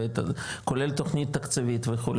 כולל תוכנית תקציבית וכו',